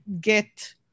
get